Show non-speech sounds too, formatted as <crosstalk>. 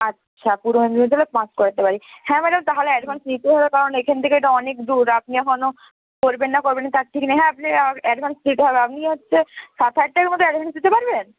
আচ্ছা পূর্ব মেদিনীপুর জেলার পাঁশকুড়াতে বাড়ি হ্যাঁ ম্যাডাম তাহলে অ্যাডভান্স নিতেই হবে কারণ এখান থেকে তো অনেক দূর আপনি এখনও করবেন না করবেন না তার ঠিক নেই হ্যাঁ আপনি <unintelligible> অ্যাডভান্স দিতে হবে আপনি হচ্ছে সাত হাজার টাকার মতো অ্যাডভান্স দিতে পারবেন